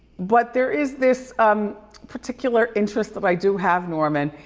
but there is this um particular interest that i do have norman.